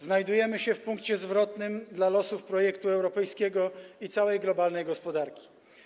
Znajdujemy się w punkcie zwrotnym dla losów projektu europejskiego i całej globalnej gospodarki.